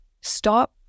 Stop